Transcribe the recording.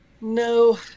No